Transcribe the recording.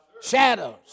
shadows